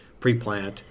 preplant